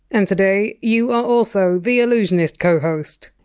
and today you are also the allusionist co-host.